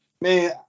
man